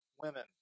women